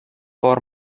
por